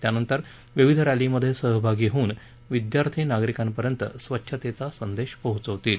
त्यांनतंर विविध रॅलीमधे सहभागी होऊन विदयार्थी नागरिकांपर्यंत स्वच्छतेचा संदेश पोहचवतील